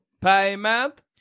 payment